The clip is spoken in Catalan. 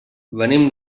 venim